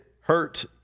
hurt